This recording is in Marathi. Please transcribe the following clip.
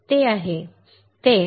ते आहे ते आचरण करणार नाही